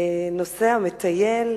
נוסע, מטייל,